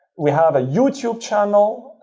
we have a youtube channel.